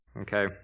Okay